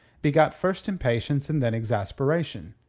begot first impatience and then exasperation.